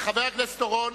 חבר הכנסת אורון,